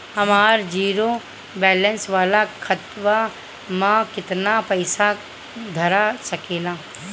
हमार zero balance वाला खतवा म केतना पईसा धरा सकेला?